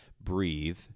breathe